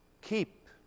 keep